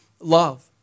love